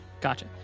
Gotcha